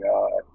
God